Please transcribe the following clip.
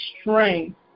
strength